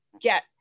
get